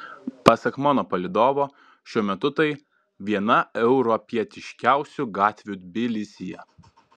pasak mano palydovo šiuo metu tai viena europietiškiausių gatvių tbilisyje